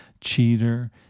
cheater